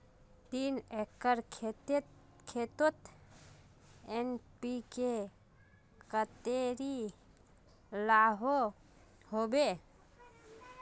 तीन एकर खेतोत एन.पी.के कतेरी लागोहो होबे?